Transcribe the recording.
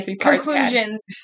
conclusions